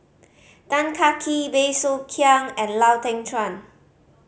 Tan Kah Kee Bey Soo Khiang and Lau Teng Chuan